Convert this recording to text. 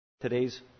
Today's